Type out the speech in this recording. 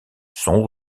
sont